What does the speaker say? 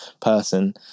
person